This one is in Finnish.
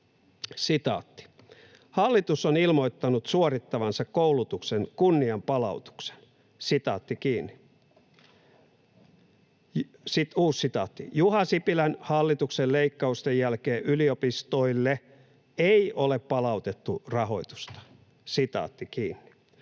seuraavaa: ”Hallitus on ilmoittanut suorittavansa koulutuksen kunnianpalautuksen.” ”Juha Sipilän hallituksen leikkausten jälkeen yliopistoille ei ole palautettu rahoitusta.” Ja edelleen